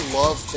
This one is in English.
love